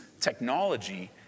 technology